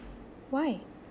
why